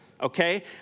okay